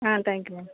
ah thank you ma'am